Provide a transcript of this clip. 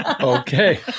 okay